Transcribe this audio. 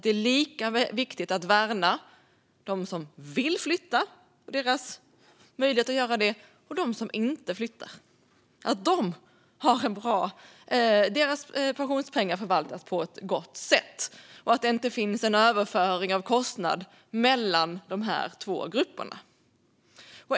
Det är lika viktigt att värna dem som vill flytta och deras möjlighet att göra detta som det är att värna dem som inte vill flytta - att deras pensionspengar förvaltas på ett gott sätt och att inte finns en överföring av kostnad mellan dessa två grupper.